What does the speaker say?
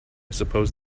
suppose